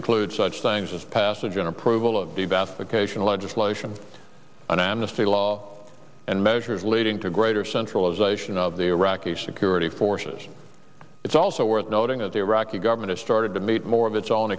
include such things as passage in approval of the investigation legislation an amnesty law and measures leading to greater centralization of the iraqi security forces it's also worth noting that the iraqi government is starting to meet more of its own